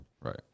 right